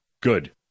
good